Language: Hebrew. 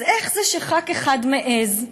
אז איך זה שח"כ אחד מעז?